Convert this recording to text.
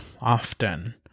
often